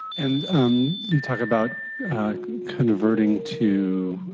and you talk about converting to